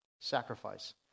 sacrifice